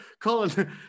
Colin